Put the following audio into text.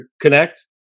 connect